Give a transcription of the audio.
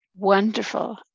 Wonderful